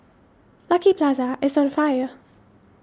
Lucky Plaza is on fire